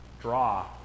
draw